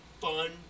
fun